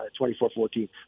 24-14